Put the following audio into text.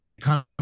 come